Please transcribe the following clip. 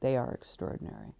they are extraordinary